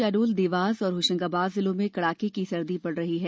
शहडोल देवास और होशंगाबाद जिलों में कड़ाके की सर्दी पड़ रही है